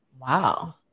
Wow